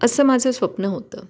असं माझं स्वप्न होतं